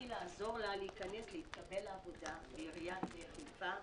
לעזור לה להתקבל לעבודה בעיריית חיפה.